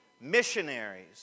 missionaries